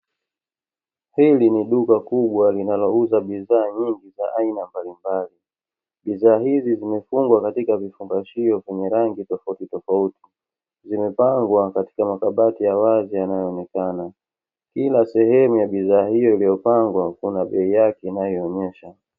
Hili ni duka kubwa linalouza bidhaa nyingi za aina mbalimbali, bidhaa hizi zimefungwa katika vifungashio vyenye rangi tofauti tofauti, zimepangwa katika makabati ya wazi yanayoonekana. Kila sehemu ya bidhaa hiyo iliyopangwa kuna bei yake inayoonesha.